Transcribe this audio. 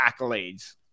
accolades